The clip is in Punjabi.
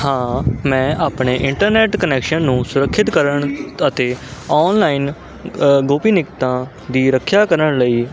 ਹਾਂ ਮੈਂ ਆਪਣੇ ਇੰਟਰਨੈਟ ਕਨੈਕਸ਼ਨ ਨੂੰ ਸੁਰੱਖਿਅਤ ਕਰਨ ਅਤੇ ਆਨਲਾਈਨ ਗੋਪੀਨਿਕਤਾ ਦੀ ਰੱਖਿਆ ਕਰਨ ਲਈ